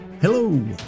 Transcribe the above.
Hello